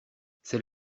c’est